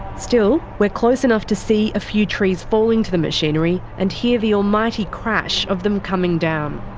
still, we're close enough to see a few trees falling to the machinery, and hear the almighty crash of them coming down.